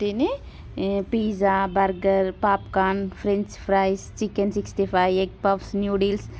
టిని pizza burger popcorn french fries chicken sixty five egg puffs noodles